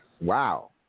Wow